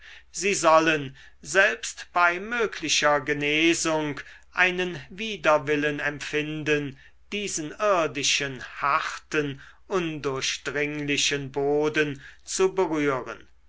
sie sollen selbst bei möglicher genesung einen widerwillen empfinden diesen irdischen harten undurchdringlichen boden zu berühren